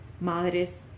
Madres